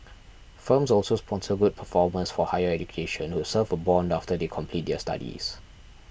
firms also sponsor good performers for higher education who serve a bond after they complete their studies